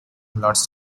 lots